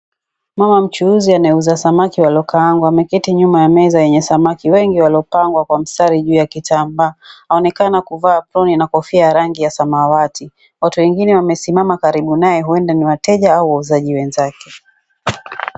Mama mchuuzi anayeuza samaki waliokaangwa, ameketi nyuma ya meza yenye samaki wengi waliopangwa kwa mstari juu ya kitambaa. Aonekana kuvaa aproni na kofia rangi ya samawati. Watu wengine wamesimama karibu naye, huenda ni wateja au wauzaji wenzake.